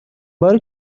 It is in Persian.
باری